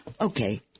Okay